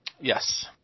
Yes